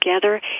together